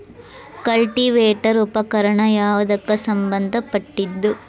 Cultivator ಉಪಕರಣ ಯಾವದಕ್ಕ ಸಂಬಂಧ ಪಟ್ಟಿದ್ದು?